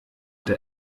der